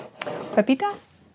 Pepitas